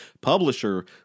publisher